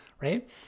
right